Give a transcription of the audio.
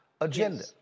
agenda